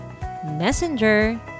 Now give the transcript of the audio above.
messenger